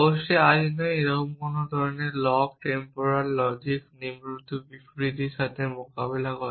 অবশ্যই আজ নয় এখন অন্য ধরনের লগ টেম্পোরাল লজিক্স নিম্নলিখিত বিবৃতিগুলির সাথে মোকাবিলা করে